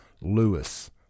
Lewis